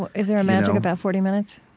is there a magic about forty minutes?